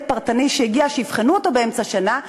פרטני שהגיע שיבחנו אותו באמצע שנה,